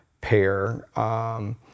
pair